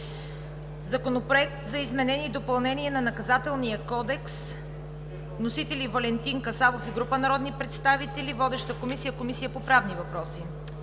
Законопроект за изменение и допълнение на Наказателния кодекс. Вносители са Валентин Касабов и група народни представители. Водеща е Комисията по правни въпроси.